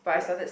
yeah